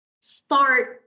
start